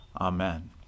Amen